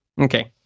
Okay